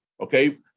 Okay